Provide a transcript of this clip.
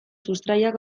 sustraiak